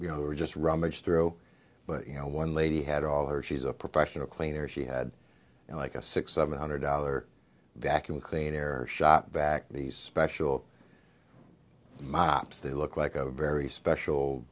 we were just rummaged through but you know one lady had all her she's a professional cleaner she had like a six seven hundred dollar vacuum cleaner shot back these special mops they look like a very special